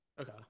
Okay